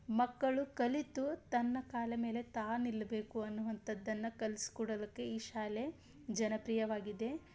ಮಕ್ಕಳು ಕಲಿತು ತನ್ನ ಕಾಲಮೇಲೆ ತಾ ನಿಲ್ಲಬೇಕು ಅನ್ನುವಂಥದ್ದನ್ನು ಕಲ್ಸ್ಕೊಡಲಿಕ್ಕೆ ಈ ಶಾಲೆ ಜನಪ್ರಿಯವಾಗಿದೆ